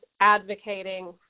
advocating